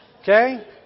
Okay